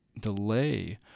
delay